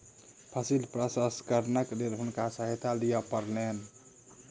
फसिल प्रसंस्करणक लेल हुनका सहायता लिअ पड़लैन